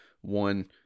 one